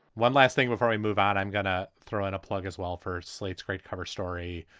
one last thing before we move out, i'm gonna throw in a plug as well for slate's great cover story,